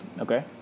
okay